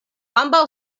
ambaŭ